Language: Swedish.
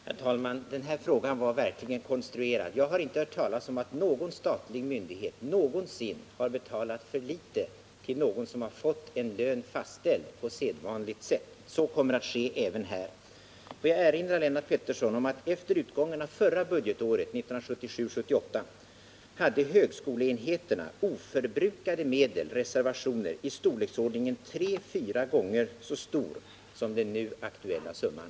Herr talman! Den här frågan var verkligen konstruerad. Jag har inte hört talas om att någon statlig myndighet någonsin har betalat för litet till någon som har fått en lön fastställd på sedvanligt sätt. Det kommer att bli på det viset även här. Får jag erinra Lennart Pettersson om att efter utgången av förra budgetåret, 1977/78, hade högskoleenheterna oförbrukade medel, reservationer, i storleksordningen tre fyra gånger den nu aktuella summan.